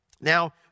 Now